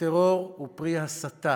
הטרור הוא פרי הסתה